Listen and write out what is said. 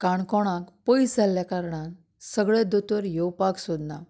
काणकोणांत पयस जाल्ले कारणान सगळे दोतोर येवपाक सोदनात